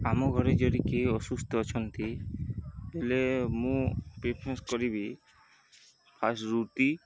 ଆମ ଘରେ ଯଦି କିିଏ ଅସୁସ୍ଥ ଅଛନ୍ତି ହେଲେ ମୁଁ ପ୍ରିଫରେନ୍ସ କରିବି ଫାଷ୍ଟ ରୁଟି